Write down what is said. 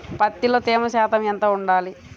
పత్తిలో తేమ శాతం ఎంత ఉండాలి?